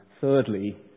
thirdly